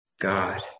God